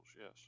yes